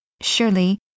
surely